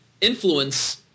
influence